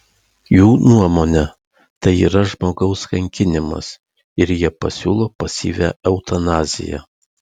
jų nuomone tai yra žmogaus kankinimas ir jie pasiūlo pasyvią eutanaziją